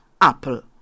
apple